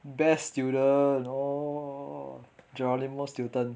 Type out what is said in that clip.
best student oh geronimo stilton